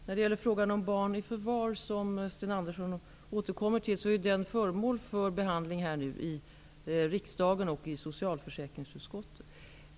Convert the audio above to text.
Herr talman! Frågan om barn i förvar, som Sten Andersson i Malmö återkommer till, är föremål för behandling i riksdagens socialförsäkringsutskott.